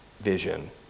vision